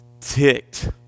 ticked